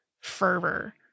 fervor